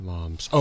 Moms